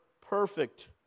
perfect